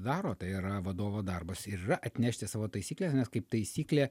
daro tai yra vadovo darbas ir yra atnešti savo taisykles nes kaip taisyklė